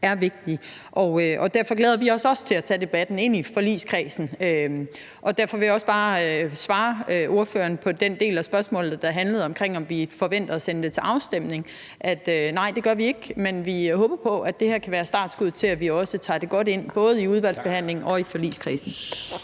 vigtig. Derfor glæder vi os også til at tage debatten ind i forligskredsen, og derfor vil jeg også bare svare ordføreren på den del af spørgsmålet, der handlede om, om vi forventer at sende forslaget til afstemning, at det gør vi ikke, men vi håber på, at det her kan være startskuddet til, at vi også tager det godt ind i både udvalgsbehandlingen og i forligskredsen.